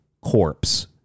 corpse